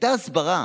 הייתה הסברה,